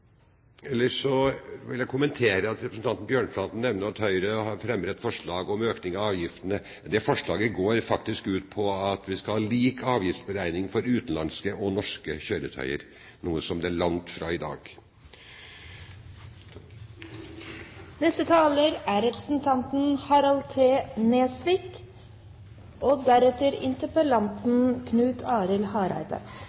Ellers vil jeg kommentere at representanten Bjørnflaten nevner at Høyre fremmer et forslag om økning av avgiftene. Det forslaget går faktisk ut på at vi skal ha lik avgiftsberegning for utenlandske og norske kjøretøy, noe som vi er langt fra i dag.